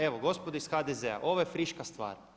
Evo gospodo iz HDZ-a ovo je friška stvar.